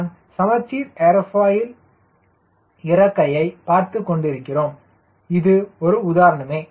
நாம் சமச்சீர் ஏர்ஃபாயில் இறக்கையை பார்த்துக் கொண்டிருக்கிறோம் இது ஒரு உதாரணமே